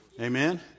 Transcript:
Amen